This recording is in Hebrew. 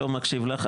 לא מקשיב לך.